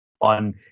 on